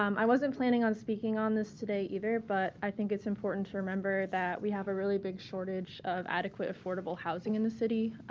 um i wasn't planning on speaking on this today, either, but i think it's important to remember that we have a really big shortage of adequate affordable housing in the city.